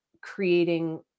creating